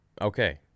okay